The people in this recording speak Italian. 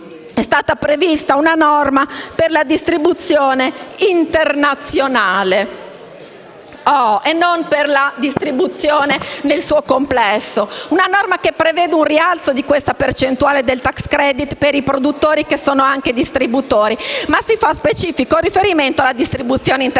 È stata prevista una norma per la distribuzione internazionale e non per la distribuzione nel suo complesso. Si tratta di una norma che prevede un rialzo della percentuale del tax credit per i produttori che sono anche di- stributori, ma si fa specifico riferimento alla distribuzione internazionale,